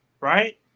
right